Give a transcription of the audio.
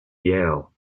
yale